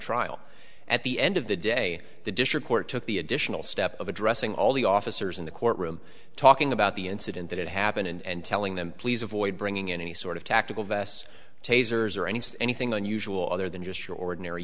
trial at the end of the day the district court took the additional step of addressing all the officers in the courtroom talking about the incident that happened and telling them please avoid bringing in any sort of tactical vest tasers or any anything unusual other than just your ordinary